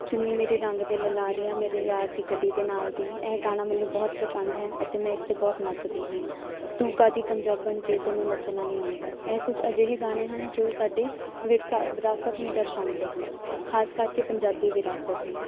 ਚੁੰਨੀ ਮੇਰੀ ਰੰਗ ਦੇ ਲਲਾਰੀਆ ਮੇਰੇ ਯਾਰ ਦੀ ਗੱਡੀ ਦੇ ਨਾਲ ਦੀ ਇਹ ਗਾਣਾ ਮੈਨੂੰ ਬਹੁਤ ਪਸੰਦ ਹੈ ਅਤੇ ਮੈਂ ਇਸ 'ਤੇ ਬਹੁਤ ਨੱਚਦੀ ਹਾਂ ਤੂੰ ਕਾਹਦੀ ਪੰਜਾਬਣ ਜੇ ਤੈਨੂੰ ਨੱਚਣਾ ਨੀ ਆਉਂਦਾ ਇਹ ਕੁਛ ਅਜਿਹੇ ਗਾਣੇ ਹਨ ਜੋ ਸਾਡੀ ਵਿਰਸਾ ਵਿਰਾਸਤ ਨੂੰ ਦਰਸ਼ਾਉਂਦੇ ਹਨ ਖ਼ਾਸ ਕਰਕੇ ਪੰਜਾਬੀ ਵਿਰਾਸਤ ਨੂੰ